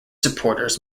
supporters